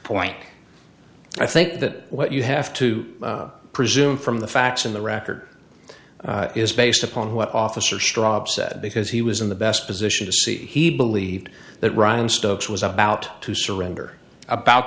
point i think that what you have to presume from the facts in the record is based upon what officer strawbs said because he was in the best position to see he believed that ryan stokes was about to surrender about